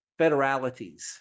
federalities